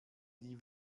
die